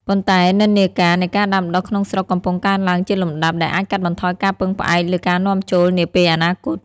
ប៉ុន្តែនិន្នាការនៃការដាំដុះក្នុងស្រុកកំពុងកើនឡើងជាលំដាប់ ដែលអាចកាត់បន្ថយការពឹងផ្អែកលើការនាំចូលនាពេលអនាគត។